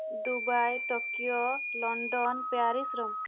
Dubai Tokyo London Paris Rome